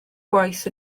gwaith